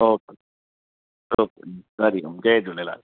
okay okay Hari ओम जय झूलेलाल